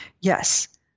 Yes